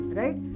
right